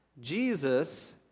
Jesus